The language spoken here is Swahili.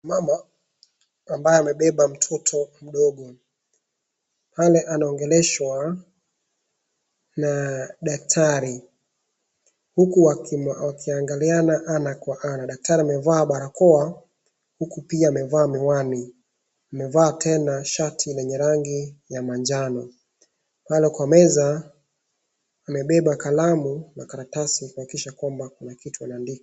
Mama ambaye amebeba mtoto mdogo, yaani anaongeleshwa na daktari huku wakiangaliana ana kwa ana. Daktari amevaa barakoa huku pia amevaa miwani. Amevaa tena shati lenye rangi ya manjano. Naona kwenye meza amebeba kalamu na karatasi kumaanisha kwamba kuna kitu anaandika.